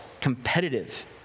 competitive